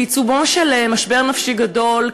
בעיצומו של משבר נפשי גדול,